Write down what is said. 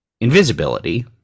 invisibility